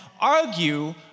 argue